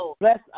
Bless